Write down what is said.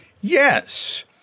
Yes